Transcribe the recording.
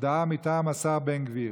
הודעה מטעם השר בן גביר.